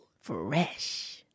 fresh